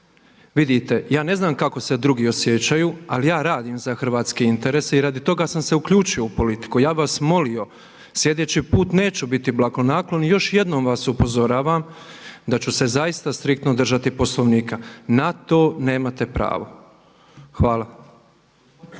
Vidite ja ne znam kako se drugi osjećaju ali ja radim za hrvatske interese i radi toga sam se uključio u politiku. Ja bi vas molio slijedeći put neću biti blagonaklon i još jednom vas upozoravam da ću se zaista striktno držati Poslovnika, na to nemate pravo. Hvala. Završnu